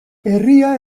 herria